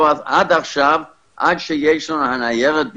עד שאין לנו את הניירת ביד,